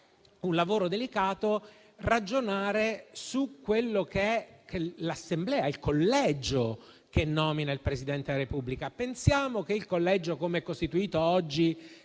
un lavoro delicato ragionare su quella che è l'Assemblea, il collegio che nomina il Presidente della Repubblica. Pensiamo che il collegio, come è costituito oggi,